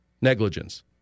Negligence